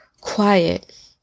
quiet